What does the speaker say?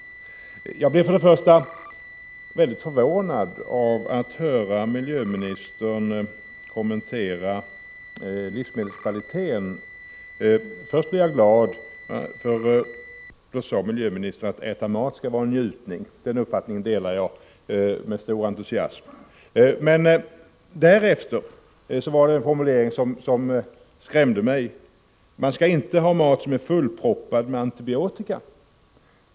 Jag blir förvånad över att höra miljöministern kommentera livsmedelskvaliteten. Först blev jag glad, när miljöministern sade: att äta mat skall vara en njutning. Den uppfattningen delar jag med stor entusiasm. Men därefter kom en formulering som skrämde mig: Man skall inte ha mat som är fullproppad med antibiotika.